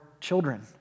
children